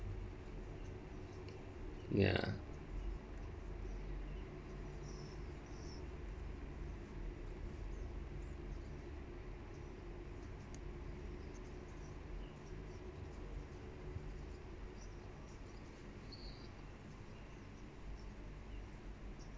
ya